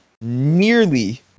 nearly